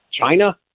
china